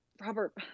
Robert